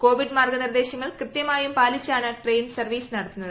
Covid മാർഗ്ഗനിർദ്ദേശങ്ങൾ കൃത്യമായും പാലിച്ചാണ് ട്രെയിൻ സർവ്വീസ് നടത്തുന്നത്